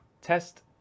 Test